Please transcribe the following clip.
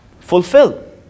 fulfill